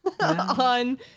on